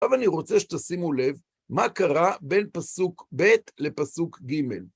עכשיו אני רוצה שתשימו לב מה קרה בין פסוק ב' לפסוק ג'.